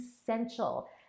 essential